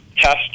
test